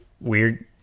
weird